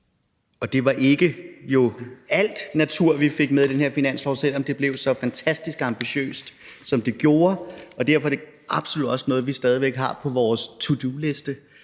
og det var jo ikke alt natur, vi fik med i den her finanslov, selv om det blev så fantastisk ambitiøst, som det gjorde, og derfor er det absolut også noget, som vi stadig væk har på vores to do-liste